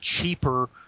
cheaper